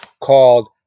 called